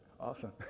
Awesome